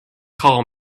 call